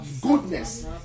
goodness